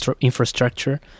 infrastructure